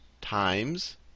times